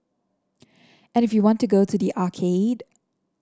and if you want to go to the arcade